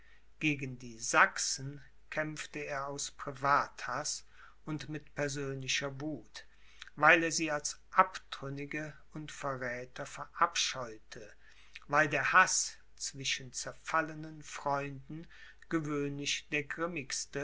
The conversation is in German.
gegen die sachsen kämpfte er aus privathaß und mit persönlicher wuth weil er sie als abtrünnige und verräther verabscheute weil der haß zwischen zerfallenen freunden gewöhnlich der